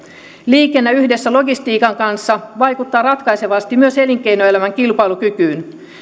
liikenne yhdessä logistiikan kanssa vaikuttaa ratkaisevasti myös elinkeinoelämän kilpailukykyyn